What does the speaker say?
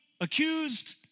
accused